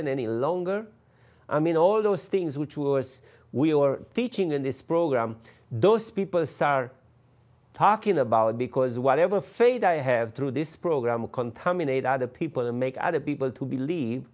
accepting any longer i mean all those things which was we were teaching in this program those people start talking about because whatever faith i have through this program contaminate other people to make other people to believe